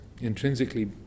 intrinsically